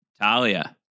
Talia